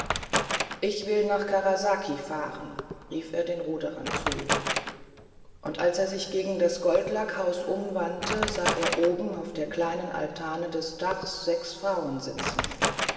ich will nach karasaki fahren rief er den ruderern zu und als er sich gegen das goldlackhaus umwandte sah er oben auf der kleinen altane des daches sechs frauen sitzen